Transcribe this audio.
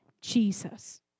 Jesus